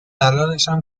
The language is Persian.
الانشم